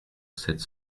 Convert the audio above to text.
sept